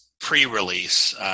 pre-release